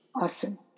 Awesome